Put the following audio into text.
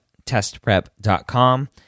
testprep.com